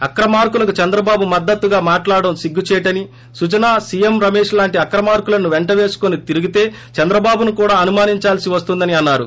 అక్రమార్కులకు చంద్రబాబు మద్దతుగా మాట్లడటం సిగ్గుచేటని సుజనా సీఎం రమేష్ లాంటి అక్రమార్కులను పెంటేసుకుని తిరిగితే చంద్రబాబును కూడా అనుమానించాల్సి వస్తుందని అన్నారు